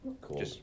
Cool